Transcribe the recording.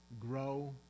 grow